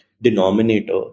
denominator